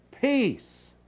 Peace